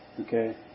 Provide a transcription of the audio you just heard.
Okay